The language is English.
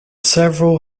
several